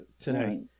tonight